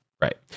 Right